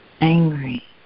angry